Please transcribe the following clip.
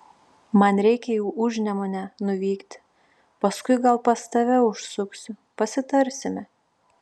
man reikia į užnemunę nuvykti paskui gal pas tave užsuksiu pasitarsime